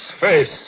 face